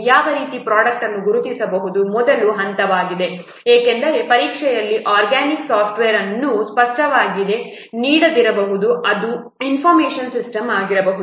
ಯಾವ ರೀತಿಯ ಪ್ರೊಡಕ್ಟ್ನನ್ನು ಗುರುತಿಸುವುದು ಮೊದಲ ಹಂತವಾಗಿದೆ ಏಕೆಂದರೆ ಪರೀಕ್ಷೆಯಲ್ಲಿ ಆರ್ಗ್ಯಾನಿಕ್ ಸಾಫ್ಟ್ವೇರ್ ಅನ್ನು ಸ್ಪಷ್ಟವಾಗಿ ನೀಡದಿರಬಹುದು ಅದು ಇನ್ಫರ್ಮೇಷನ್ ಸಿಸ್ಟಮ್ ಆಗಿರಬಹುದು